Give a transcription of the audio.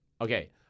Okay